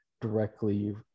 Directly